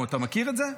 אתה מכיר את זה?